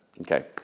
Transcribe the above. Okay